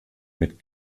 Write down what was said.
mit